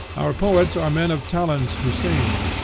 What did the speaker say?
our poets are men of talents who sing,